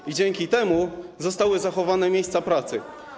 I dzięki temu zostały zachowane miejsca pracy.